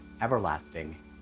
everlasting